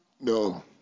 No